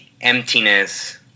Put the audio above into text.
emptiness